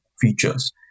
features